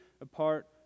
apart